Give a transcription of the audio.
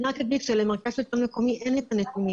אני רק אגיד שלמרכז שלטון מקומי אין את הנתונים,